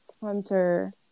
hunter